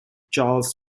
charles